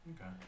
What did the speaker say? Okay